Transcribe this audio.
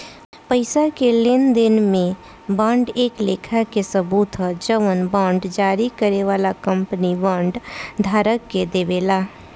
पईसा के लेनदेन में बांड एक लेखा के सबूत ह जवन बांड जारी करे वाला कंपनी बांड धारक के देवेला